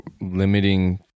limiting